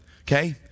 okay